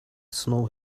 snow